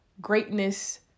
greatness